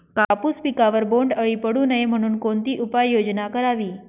कापूस पिकावर बोंडअळी पडू नये म्हणून कोणती उपाययोजना करावी?